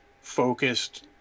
focused